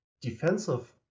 defensive